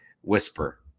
whisper